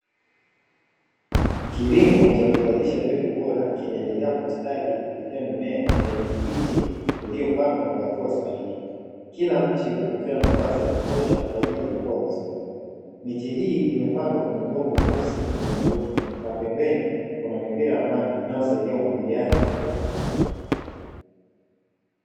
Kilimo cha kuzalisha mbegu bora kinaendelea kwa ustadi kupitia mimea ya kijani kibichi iliyopangwa kwa hatua sahihi, kila mche ukiwa na nafasi ya kutosha kwa ajili ya kukua vizuri, miche hii imepandwa kwenye udongo mweusi wenye rutuba, na pembeni kuna mipira ya maji inayosaidia umwagiliaji wa uhakika.